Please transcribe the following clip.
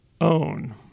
own